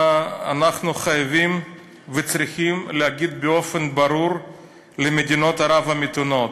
אנחנו חייבים וצריכים להגיד באופן ברור למדינות ערב המתונות,